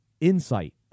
insight